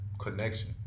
connection